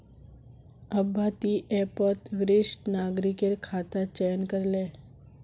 अब्बा ती ऐपत वरिष्ठ नागरिकेर खाता चयन करे ले